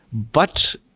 but,